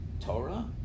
Torah